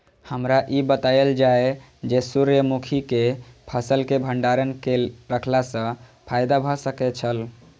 हमरा ई बतायल जाए जे सूर्य मुखी केय फसल केय भंडारण केय के रखला सं फायदा भ सकेय छल?